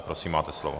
Prosím, máte slovo.